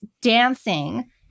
dancing